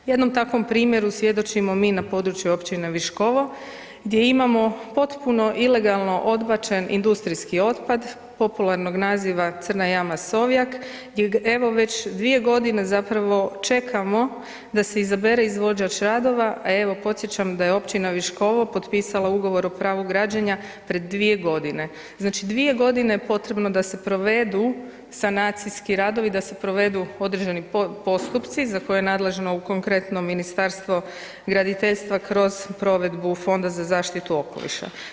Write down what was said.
Jednom takvom primjeru svjedočimo mi na području općine Viškovo gdje imamo potpuno ilegalno odbačen industrijski otpad popularnog naziva „Crna Jama Sovjak“ gdje evo već 2.g. zapravo čekamo da se izabere izvođač radova, a evo podsjećam da je općina Viškovo potpisala Ugovor o pravu građenja pred 2.g. Znači, 2.g. je potrebno da se provedu sanacijski radovi, da se provedu određeni postupci za koje je nadležno u konkretnom Ministarstvo graditeljstva kroz provedbu Fonda za zaštitu okoliša.